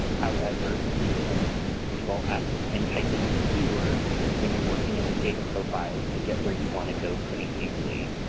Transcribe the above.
however, you can use control f and type in a keyword when you're working in the data profiles to get where you want to go pretty easily.